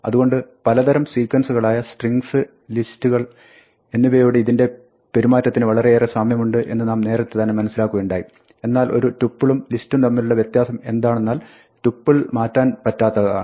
അതുകൊണ്ട് പലതരം sequence കളായ strings lists എന്നിവയോട് ഇതിന്റെ പെരുമാറ്റത്തിന് വളരെയേറെ സാമ്യമുണ്ട് എന്ന് നാം നേരത്തെ തന്നെ മനസ്സിലാക്കുകയുണ്ടായി എന്നാൽ ഒരു tuple ഉം list ഉം തമ്മിലുള്ള വ്യത്യാസം എന്താണെന്നാൽ tuple മാറ്റാൻ പറ്റാത്തതാണ്